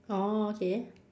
orh okay